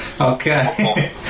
Okay